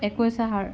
একৈছ আহাৰ